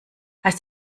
heißt